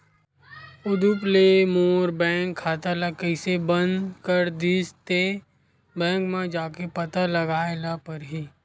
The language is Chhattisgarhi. उदुप ले मोर बैंक खाता ल कइसे बंद कर दिस ते, बैंक म जाके पता लगाए ल परही